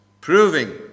proving